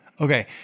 Okay